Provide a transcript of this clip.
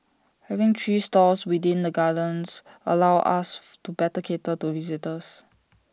having three stores within the gardens allows us to better cater to visitors